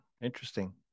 interesting